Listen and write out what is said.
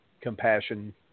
compassion